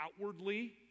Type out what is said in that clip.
outwardly